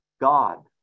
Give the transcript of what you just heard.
God